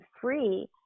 free